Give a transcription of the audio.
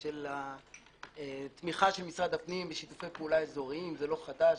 של התמיכה של משרד הפנים בשיתוף פעולה אזורית זה לא חדש.